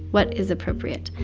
what is appropriate?